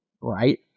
right